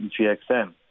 GXM